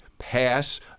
pass